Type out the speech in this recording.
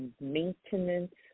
maintenance